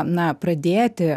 na pradėti